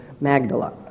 Magdala